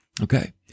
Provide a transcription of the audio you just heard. Okay